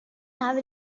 have